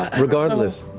ah regardless,